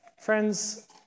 Friends